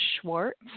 Schwartz